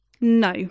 No